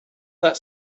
that